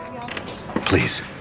Please